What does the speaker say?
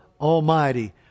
Almighty